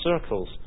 circles